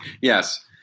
Yes